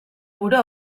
burua